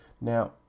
Now